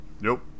Nope